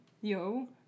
Yo